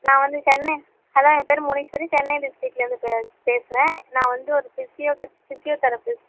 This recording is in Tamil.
நான் வந்து சென்னை ஹலோ என் பேர் முனீஷ்வரி சென்னை டிஸ்ட்ரிக்லேருந்து பேஸ் பேசுகிறேன் நான் வந்து ஒரு ஃபிஸியோ ஃபிஸியோதெரஃபிஸ்ட்